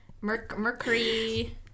Mercury